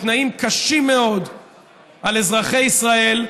בתנאים קשים מאוד על אזרחי ישראל,